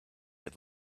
had